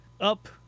up